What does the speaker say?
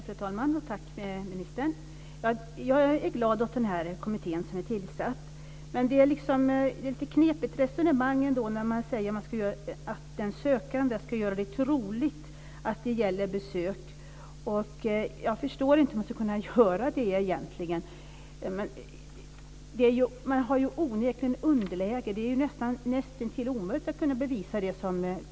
Fru talman! Tack, ministern! Jag är glad över att denna kommitté har tillsatts. Men det är ett lite knepigt resonemang att den sökande ska göra det troligt att vistelsen gäller ett besök. Jag förstår inte hur man ska kunna göra det. Man befinner sig ju i underläge. Det är nästintill omöjligt att kunna bevisa detta.